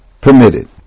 permitted